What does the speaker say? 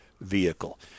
vehicle